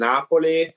Napoli